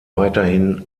weiterhin